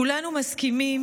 כולנו מסכימים